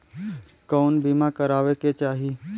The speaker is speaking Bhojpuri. कउन बीमा करावें के चाही?